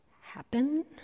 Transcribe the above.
happen